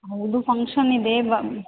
ಹೌದು ಫಂಕ್ಷನ್ ಇದೆ ಬ